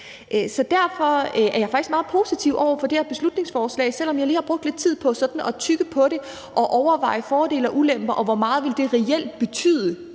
Så derfor er jeg faktisk meget positiv over for det her beslutningsforslag, selv om jeg lige har brugt lidt tid på at tygge på det og overveje fordele og ulemper, og hvor meget det reelt vil betyde